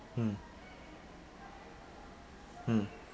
mm mm